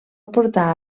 portar